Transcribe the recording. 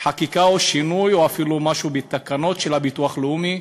גם חקיקה או שינוי או אפילו משהו בתקנות של הביטוח הלאומי,